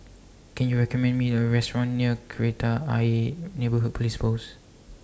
Can YOU recommend Me A Restaurant near Kreta Ayer Neighbourhood Police Post